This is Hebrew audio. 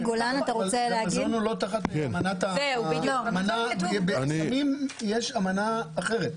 לגבי סמים יש אמנה אחרת.